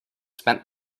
spent